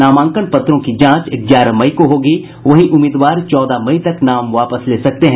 नामांकन पत्रों की जांच ग्यरह मई को होगी वहीं उम्मीदवार चौदह मई तक नाम वापस ले सकते हैं